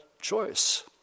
choice